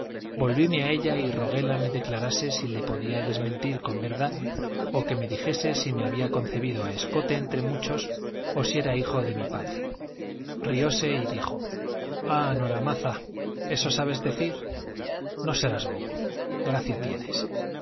volvíme a ella y roguéla me declarase si le podía desmentir con verdad o que me dijese si me había concebido a escote entre muchos o si era hijo de mi padre rióse y dijo ah noramaza eso sabes decir no serás bobo gracia tienes